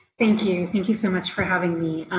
thank you thank you so much for having me.